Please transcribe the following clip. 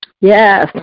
Yes